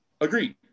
Agreed